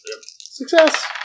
Success